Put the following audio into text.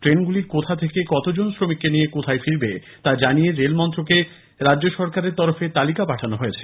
ট্রেনগুলি কোথা থেকে কতজন শ্রমিককে নিয়ে কোথায় ফিরবে তা জানিয়ে রেল মন্ত্রকে রাজ্যে সরকারের তরফে তালিকা পাঠানো হয়েছে